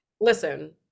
listen